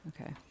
Okay